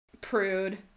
prude